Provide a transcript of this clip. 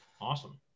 awesome